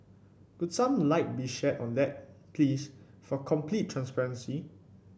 could some light be shed on that please for complete transparency